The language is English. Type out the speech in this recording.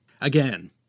Again